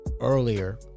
earlier